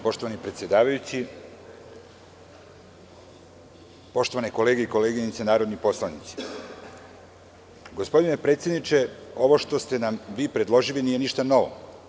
Poštovani predsedavajući, poštovane kolege i koleginice narodni poslanici, gospodine predsedniče ovo što ste nam vi predložili nije ništa novo.